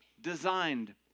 designed